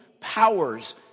powers